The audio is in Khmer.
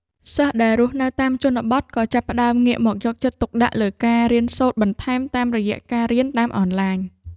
សិស្សដែលរស់នៅតាមជនបទក៏ចាប់ផ្តើមងាកមកយកចិត្តទុកដាក់លើការរៀនសូត្របន្ថែមតាមរយៈការរៀនតាមអនឡាញ។